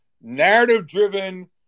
narrative-driven